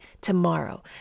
tomorrow